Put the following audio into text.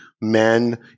men